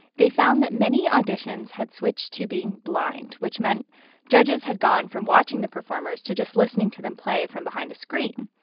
they found that many auditions had switched to being blind, which meant judges had gone from watching the performers to just listening to them play from behind a screen.